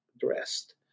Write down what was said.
dressed